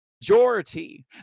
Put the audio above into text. majority